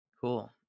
Cool